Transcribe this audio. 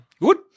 Good